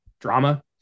drama